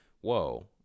whoa